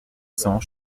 cents